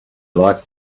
like